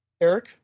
Eric